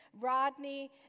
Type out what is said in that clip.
Rodney